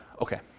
Okay